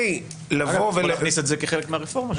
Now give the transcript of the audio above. אתה יכול להכניס את זה כחלק מהרפורמה.